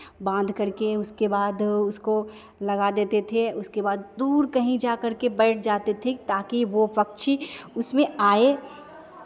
बांध करके उसके बाद उसको लगा देते थे उसके बाद दूर कहीं जा करके बैठ जाते थे ताकि वो पक्षी उसमें आए